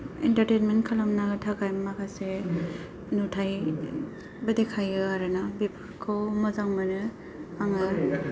entertainment खालामनो थाखाय माखासे नुथायबो देखायो आरोना बेफोरखौ मोजां मोनो आङो